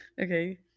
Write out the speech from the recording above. Okay